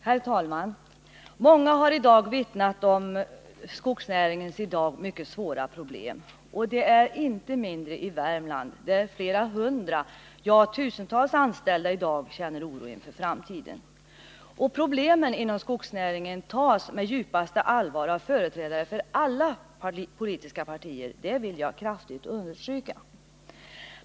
Herr talman! Många har i dag vittnat om skogsnäringens mycket svåra problem f. n. Problemen finns inte minst i Värmland där flera hundra, ja, tusentals anställda känner oro inför framtiden. Skogsnäringens problem tas på djupaste allvar av företrädare för alla politiska partier, det vill jag kraftigt understryka.